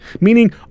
meaning